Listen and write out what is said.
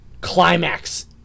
climax